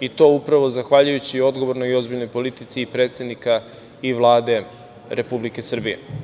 i to upravo zahvaljujući odgovornoj i ozbiljnoj politici i predsednika i Vlade Republike Srbije.